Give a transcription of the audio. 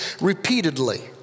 repeatedly